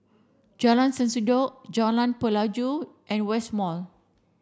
Jalan Sendudok Jalan Pelajau and West Mall